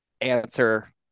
answer